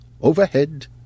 overhead